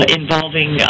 involving